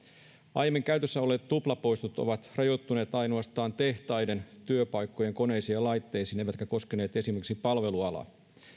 aiemmin käytössä olleet tuplapoistot ovat rajoittuneet ainoastaan tehtaiden työpaikkojen koneisiin ja laitteisiin eivätkä ole koskeneet esimerkiksi palvelualaa